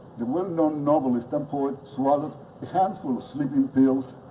the well-known novelist and poet swallowed a handful of sleeping pills,